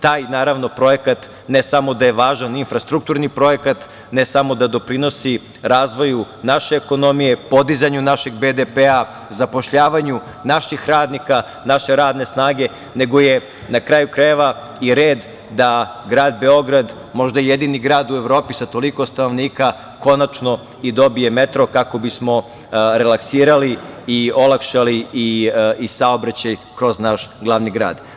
Taj projekat, ne samo da je važan infrastrukturni projekat, ne samo da doprinosi razvoju naše ekonomije, podizanju našeg BDP, zapošljavanju naših radnika, naše radne snage, nego je, na kraju krajeva, red da grad Beograd, možda jedini grad u Evropi sa toliko stanovnika, konačno i dobije metro kako bismo relaksirali i olakšali saobraćaj kroz naš glavni grad.